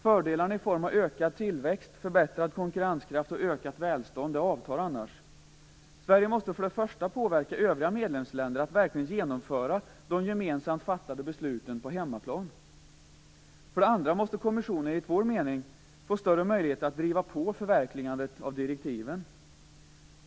Fördelarna i form av ökad tillväxt, förbättrad konkurrenskraft och ökat välstånd avtar annars. Sverige måste för det första påverka övriga medlemsländer att verkligen genomföra de gemensamt fattade besluten på hemmaplan. För det andra måste kommissionen enligt vår mening få större möjligheter att driva på förverkligandet av direktiven.